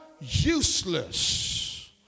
Useless